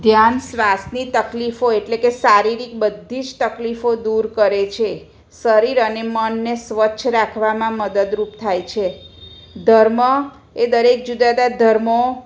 ધ્યાન શ્વાસની તકલીફો એટલે કે શારીરિક બધી જ તકલીફો દૂર કરે છે શરીર અને મનને સ્વચ્છ રાખવામાં મદદરૂપ થાય છે ધર્મ એ દરેક જુદા દા ધર્મો